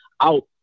out